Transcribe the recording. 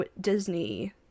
Disney